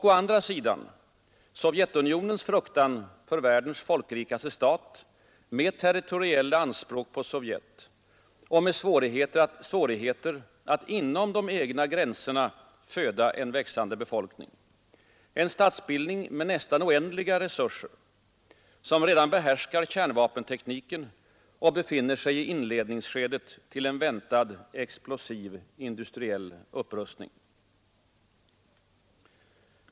Å andra sidan Sovjetunionens fruktan för världens folkrikaste stat med territoriella anspråk på Sovjet och med svårigheter att inom de egna gränserna föda en växande befolkning. En statsbildning med nästan oändliga resurser, som redan behärskar kärnvapentekniken och befinner sig i inledningsskedet till en väntad explosiv industriell upprustning.